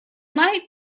lightly